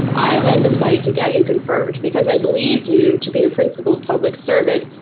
i led the fight to get you confirmed, because i believed you to be a principled public servant.